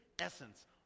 essence